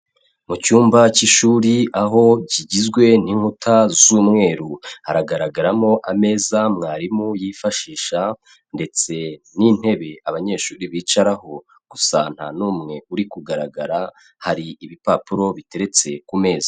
Mu cyumba cy'ishuri aho kigizwe n'inkuta z'umweru, haragaragaramo ameza mwarimu yifashisha ndetse n'intebe abanyeshuri bicaraho gusa nta n'umwe uri kugaragara, hari ibipapuro biteretse ku meza.